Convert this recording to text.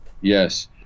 Yes